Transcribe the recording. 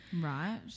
right